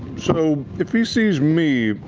so if he sees me,